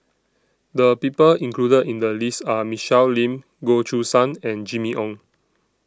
The People included in The list Are Michelle Lim Goh Choo San and Jimmy Ong